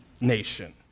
nation